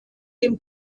dem